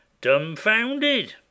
Dumbfounded